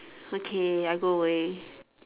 okay I go away